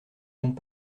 donc